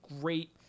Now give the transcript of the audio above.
great